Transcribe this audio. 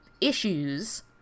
issues